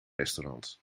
restaurants